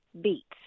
beets